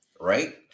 Right